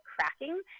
cracking